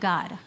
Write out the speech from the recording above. God